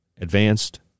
Advanced